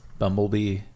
bumblebee